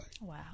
Wow